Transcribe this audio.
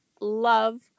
Love